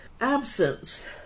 absence